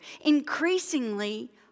increasingly